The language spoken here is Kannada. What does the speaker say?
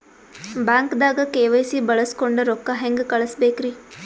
ಬ್ಯಾಂಕ್ದಾಗ ಕೆ.ವೈ.ಸಿ ಬಳಸ್ಕೊಂಡ್ ರೊಕ್ಕ ಹೆಂಗ್ ಕಳಸ್ ಬೇಕ್ರಿ?